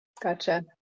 Gotcha